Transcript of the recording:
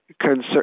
concern